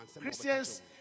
christians